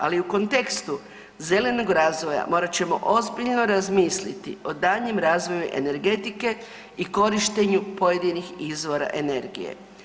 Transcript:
Ali u kontekstu zelenog razvoja morat ćemo ozbiljno razmisliti o daljnjem razvoju energetike i korištenju pojedinih izvora energije.